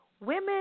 Women